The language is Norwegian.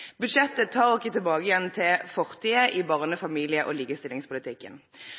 Budsjettet tar oss tilbake til fortiden i barne-, familie- og likestillingspolitikken,